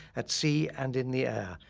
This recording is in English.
at sea, and in the air,